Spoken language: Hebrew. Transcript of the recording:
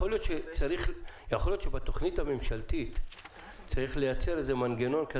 שבתוכנית הממשלתית צריך לייצר מנגנון.